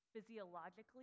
physiologically